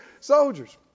soldiers